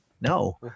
No